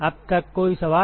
अब तक कोई सवाल